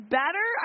better